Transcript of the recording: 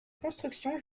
construction